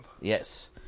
yes